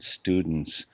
students